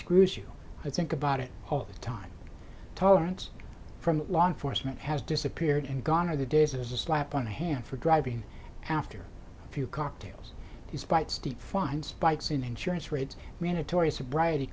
screws you i think about it all the time tolerance from law enforcement has disappeared and gone are the days a slap on the hand for driving after a few cocktails despite steep fine spikes in insurance rates mandatory sobriety